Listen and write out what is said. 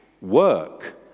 work